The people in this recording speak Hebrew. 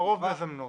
הרוב מזמנות.